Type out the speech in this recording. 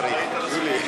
אדוני,